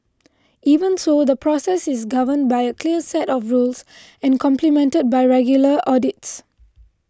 even so the process is governed by a clear set of rules and complemented by regular audits